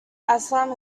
asylum